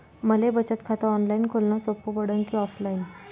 मले बचत खात ऑनलाईन खोलन सोपं पडन की ऑफलाईन?